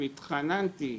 ביקשתי והתחננתי,